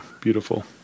beautiful